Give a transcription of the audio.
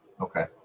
okay